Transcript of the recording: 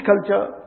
culture